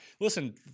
listen